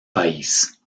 país